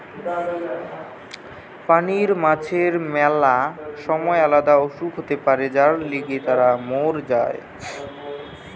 পানির মাছের ম্যালা সময় আলদা অসুখ হতে পারে যার লিগে তারা মোর যায়